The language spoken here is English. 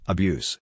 Abuse